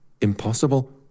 impossible